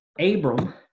Abram